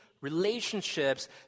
relationships